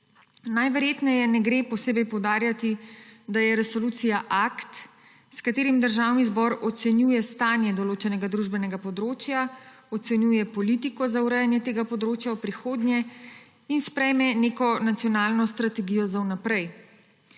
Najverjetneje ne gre posebej poudarjati, da je resolucija akt, s katerim Državni zbor ocenjuje stanje določenega družbenega področja, ocenjuje politiko za urejanje tega področja v prihodnje in sprejme neko nacionalno strategijo za vnaprej.